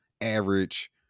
average